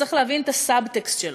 צריך להבין את הסב-טקסט שלו.